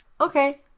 Okay